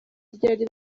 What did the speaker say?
ryari